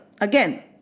Again